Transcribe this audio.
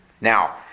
Now